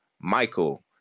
michael